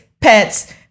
pets